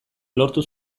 lortu